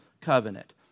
covenant